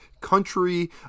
country